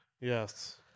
Yes